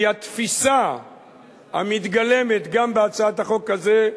כי התפיסה המתגלמת גם בהצעת החוק הזאת,